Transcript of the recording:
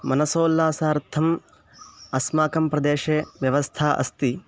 मनसोल्लासार्थम् अस्माकं प्रदेशे व्यवस्था अस्ति